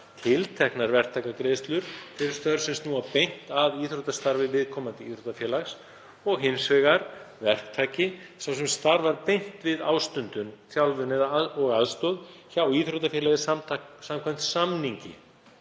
tilteknar verktakagreiðslur fyrir störf sem snúa beint að íþróttastarfi viðkomandi íþróttafélags, og hins vegar verktaka, sem er sá sem starfar beint við ástundun, þjálfun og aðstoð hjá íþróttafélagi samkvæmt samningi